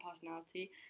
personality